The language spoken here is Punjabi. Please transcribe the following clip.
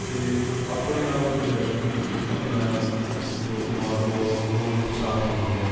ਅਤੇ ਆਪਣੇ ਆਪ ਜੋ ਹੈਗਾ ਆਪਣਾ ਜੋ ਦਿਮਾਗ ਹੋਊਗਾ ਉਹ ਸ਼ਾਂਤ ਹੋਜੂਗਾ